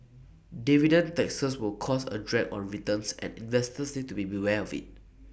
dividend taxes will cause A drag on returns and investors need to be aware of IT